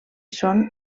són